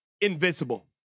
invisible